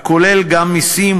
הכולל גם מסים,